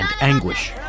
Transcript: anguish